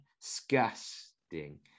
Disgusting